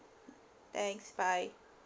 thanks bye